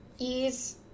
ease